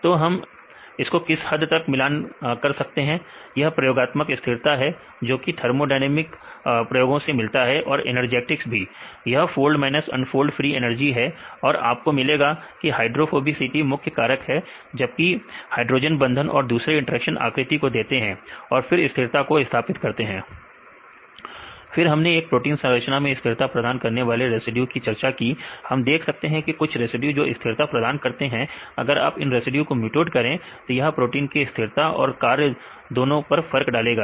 तो हम इसको किस हद तक मिलान कर सकते हैं यह प्रयोगात्मक स्थिरता है जोकि थर्मोडायनेमिक प्रयोगों से मिला है और एनर्जेटिक भी यह folded minus unfolded free energy है आपको मिलेगा की हाइड्रोफोबिसिटी मुख्य कारक है जबकि फिर हमने एक प्रोटीन संरचना में स्थिरता प्रदान करने वाली रेसिड्यू की चर्चा की हम देख सकते हैं कुछ रेसिड्यू जो स्थिरता प्रदान करते हैं अगर आप इन रेसिड्यू को म्युटेट करें तो यह प्रोटीन का स्थिरता और कार्य दोनों पर फर्क डालेगा